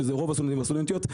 שזה רוב הסטודנטים והסטודנטיות,